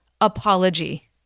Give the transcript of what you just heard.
apology